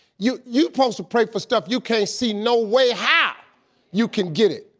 you you supposed to pray for stuff you can't see no way how you can get it.